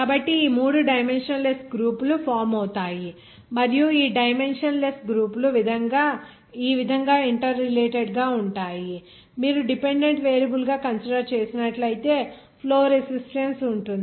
కాబట్టి ఈ 3 dimensionless గ్రూపులు ఫామ్ అవుతాయి మరియు ఈ డైమెన్షన్ లెస్ గ్రూపులు ఈ విధంగా ఇంటర్ రిలేటెడ్ గా ఉంటాయి మీరు డిపెండెంట్ వేరియబుల్ గా కన్సిడర్ చేసినట్లయితే ఫ్లో రెసిస్టన్స్ ఉంటుంది